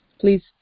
Please